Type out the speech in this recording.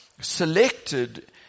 selected